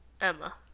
Emma